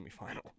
semifinal